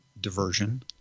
diversion